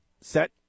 set